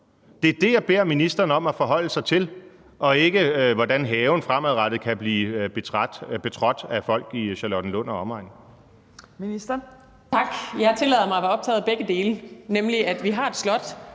Det er det, jeg beder ministeren om at forholde sig til, og ikke, hvordan haven fremadrettet kan blive betrådt af folk i Charlottenlund og omegn.